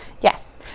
Yes